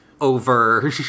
over